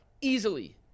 easily